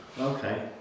Okay